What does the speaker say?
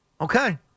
Okay